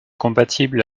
compatible